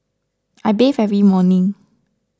I bathe every morning